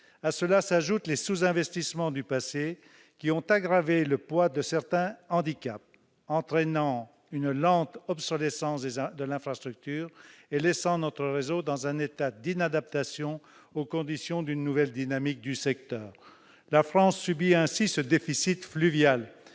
À cela s'ajoutent les sous-investissements du passé, qui ont aggravé le poids de certains handicaps, entraînant une lente obsolescence de l'infrastructure et laissant notre réseau dans un état d'inadaptation aux conditions d'une nouvelle dynamique du secteur. La France subit ainsi ce déficit fluvial,